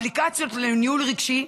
אפליקציות לניהול רגשי,